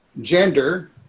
gender